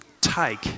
take